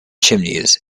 chimneys